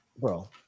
Bro